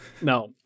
no